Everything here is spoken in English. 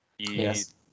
yes